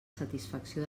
satisfacció